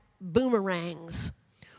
boomerangs